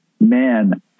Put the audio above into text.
man